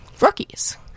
rookies